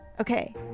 okay